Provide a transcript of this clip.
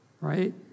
Right